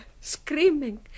screaming